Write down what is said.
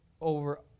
over